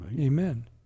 amen